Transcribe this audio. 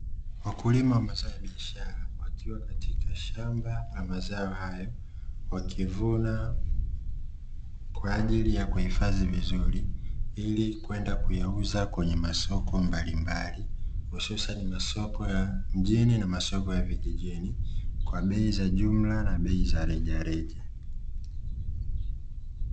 Wakulima wa mazao ya biashara wakiwa katika shamba la mazao hayo wakivuna kwa ajili ya kuhifadhi vizuri, ili kwenda kuyauza kwenye masoko mbalimbali hususani masoko ya mjini na masoko ya vijijini kwa bei za jumla na bei za rejareja.